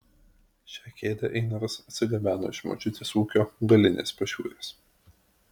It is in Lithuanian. šią kėdę einaras atsigabeno iš močiutės ūkio galinės pašiūrės